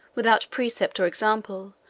without precept or example,